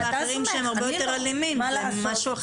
מה לעשות?